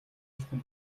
чухал